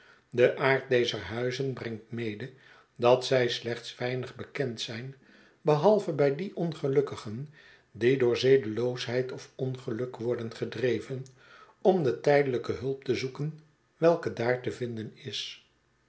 de aard dezer huizen brengt mede dat zij slechts weinig bekend zijn behalve bij die ongelukkigen die door zedeloosheid of ongeluk worden gedreven om de tijdelijke hulp te zoeken welke daar te vinden is